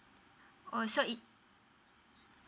oh so it